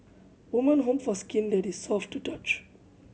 women hope for skin that is soft to touch